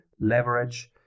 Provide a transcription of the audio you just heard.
leverage